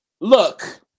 Look